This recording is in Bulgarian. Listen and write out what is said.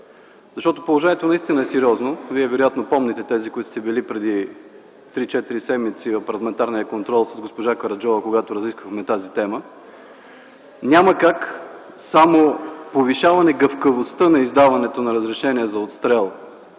Защото положението наистина е сериозно. Вие вероятно помните, тези, които сте били преди 3-4 седмици на парламентарния контрол с госпожа Караджова, когато разисквахме тази тема. Няма как само повишаване гъвкавостта на издаването на разрешение за отстрел